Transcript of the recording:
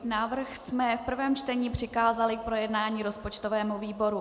Návrh jsme v prvém čtení přikázali k projednání rozpočtovému výboru.